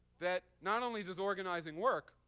that not only does organizing work,